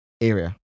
area